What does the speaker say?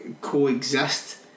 coexist